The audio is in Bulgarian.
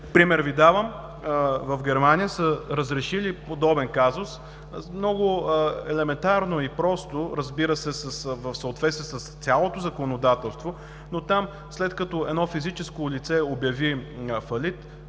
Пример Ви давам – в Германия са разрешили подобен казус много елементарно и просто, разбира се, в съответствие с цялото законодателство. Там, след като физическо лице обяви фалит,